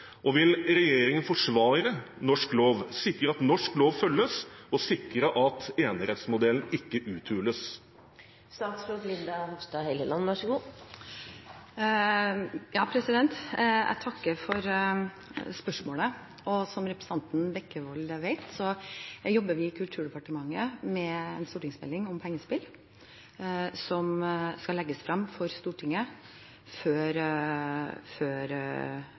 Og vil regjeringen forsvare norsk lov, sikre at norsk lov følges, og sikre at enerettsmodellen ikke uthules? Jeg takker for spørsmålet. Som representanten Bekkevold vet, jobber vi i Kulturdepartementet med en stortingsmelding om pengespill som skal legges frem for Stortinget før